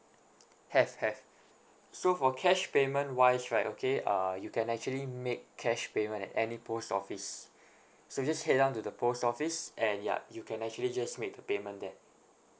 have have so for cash payment wise right okay uh you can actually make cash payment at any post office so just head down to the post office and ya you can actually just make the payment there